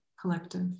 collective